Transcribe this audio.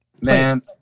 Man